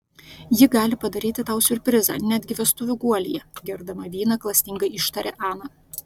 ji gali padaryti tau siurprizą netgi vestuvių guolyje gerdama vyną klastingai ištarė ana